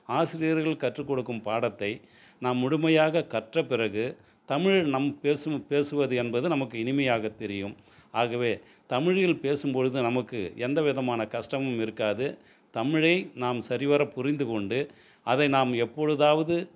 ஆசிரியர்கள் கற்றுக்கொடுக்கும் பாடத்தை நாம் முழுமையாக கற்றப்பிறகு தமிழ் நம் பேசும் பேசுவது என்பது நமக்கு இனிமையாக தெரியும் ஆகவே தமிழில் பேசும்பொழுது நமக்கு எந்த விதமான கஷ்டமும் இருக்காது தமிழை நாம் சரிவர புரிந்துக்கொண்டு அதை நாம் எப்பொழுதாவது